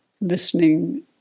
listening